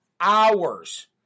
hours